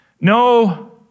No